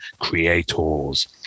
creators